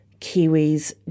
Kiwis